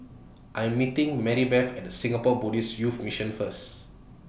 I'm meeting Maribeth At Singapore Buddhist Youth Mission First